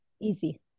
easy